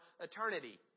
eternity